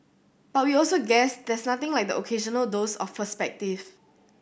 but we also guess there's nothing like the occasional dose of perspective